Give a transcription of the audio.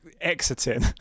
exiting